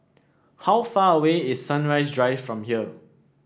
how far away is Sunrise Drive from here